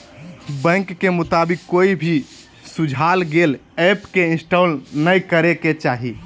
bank के मुताबिक, कोई भी सुझाल गेल ऐप के इंस्टॉल नै करे के चाही